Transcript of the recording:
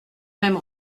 même